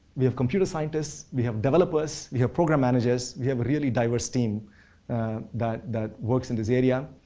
we have computer scientists, we have developers, we have program managers, we have a really diverse team that that works in this area.